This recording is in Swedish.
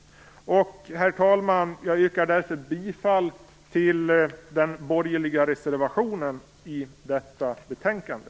Herr talman! Jag yrkar därför bifall till den borgerliga reservationen till detta betänkande.